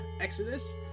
Exodus